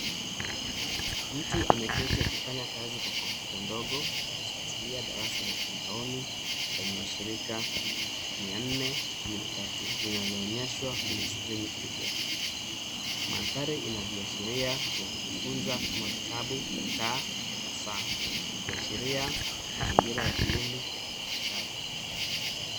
Mtu ameketi akifanya kazi kwa kompyuta ndogo akifuatilia darasa la mtandaoni lenye washirika mia nne kumi na tatu linaloonyeshwa kwenye skrini kubwa. Mandhari ina viashiria vya kujifunza kama vitabu, taa na saa ikiashiria mazingira ya elimu ya kidijitali